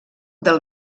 del